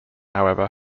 however